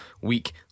week